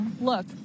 Look